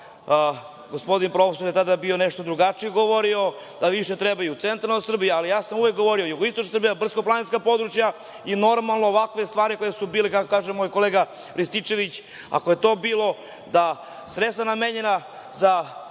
Gospodin profesor je tada nešto drugačije govorio, da više treba i centralnoj Srbiji, ali ja sam uvek govorio jugoistočna Srbija, brdsko-planinska područja i, normalno, ovakve stvari koje su bile, kako kaže moj kolega Rističević, ako je to bilo da sredstva namenjena za